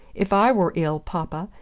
if i were ill, papa,